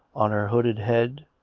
on her hooded head,